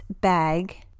bag